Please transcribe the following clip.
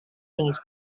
things